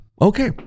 okay